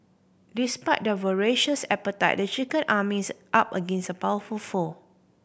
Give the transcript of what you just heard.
despite their voracious appetite the chicken army is up against a powerful foe